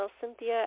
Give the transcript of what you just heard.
Cynthia